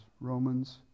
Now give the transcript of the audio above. Romans